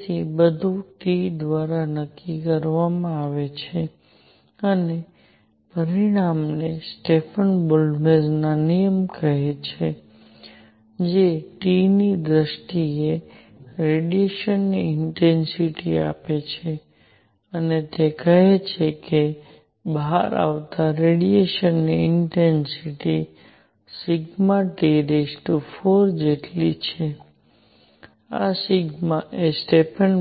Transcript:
તેથી બધું T દ્વારા નક્કી કરવામાં આવે છે અને પરિણામને સ્ટેફન બોલ્ટ્ઝમેન નિયમ કહે છે જે T ની દ્રષ્ટિએ રેડિયેશનની ઇન્ટેન્સિટી આપે છે અને તે કહે છે કે બહાર આવતા રેડિયેશનની ઇન્ટેન્સિટી T4 જેટલી છે જ્યાં σ એ સ્ટેફન